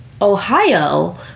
Ohio